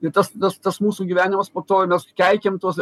ir tas nes tas mūsų gyvenimas po to mes keikiam tuos